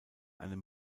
einem